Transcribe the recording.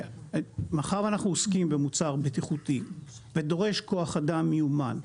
מאחר ואנחנו עוסקים במוצר בטיחותי ודורש כוח אדם מיומן,